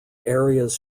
areas